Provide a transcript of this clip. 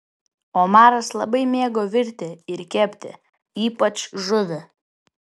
omaras labai mėgo virti ir kepti ypač žuvį